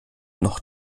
noch